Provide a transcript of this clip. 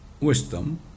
wisdom